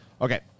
Okay